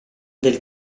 del